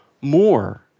more